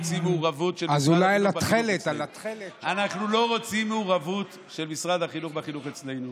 אנחנו לא רוצים מעורבות של משרד החינוך בחינוך אצלנו.